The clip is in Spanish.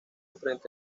frente